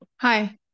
Hi